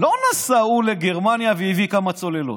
לא נסע הוא לגרמניה והביא כמה צוללות,